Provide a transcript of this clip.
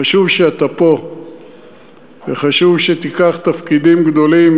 חשוב שאתה פה וחשוב שתיקח תפקידים גדולים,